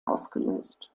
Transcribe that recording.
ausgelöst